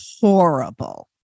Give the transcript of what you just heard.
horrible